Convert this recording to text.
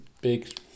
big